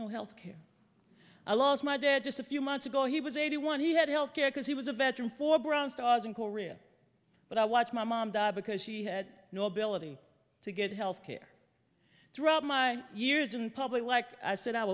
no health care i lost my dad just a few months ago he was eighty one he had health care because he was a veteran for bronze stars in korea but i watched my mom because she had no ability to get health care throughout my years in public like i said i